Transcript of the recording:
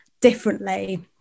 differently